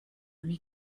lui